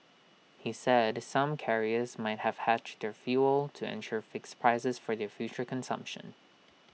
he said some carriers might have hedged their fuel to ensure fixed prices for their future consumption